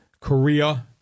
Korea